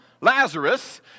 Lazarus